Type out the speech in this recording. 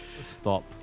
stop